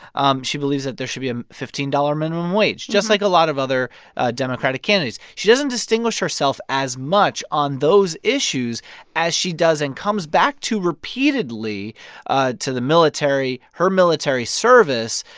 um she believes that there should be a fifteen dollars minimum wage, just like a lot of other democratic candidates she doesn't distinguish herself as much on those issues as she does and comes back to repeatedly ah to the military, her military service,